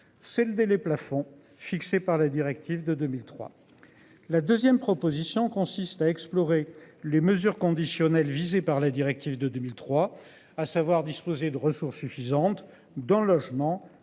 c'est le délai plafond fixé par la directive de 2003. La 2ème proposition consiste à explorer les mesures conditionnelles visées par la directive de 2003, à savoir disposer de ressources suffisantes dans le logement,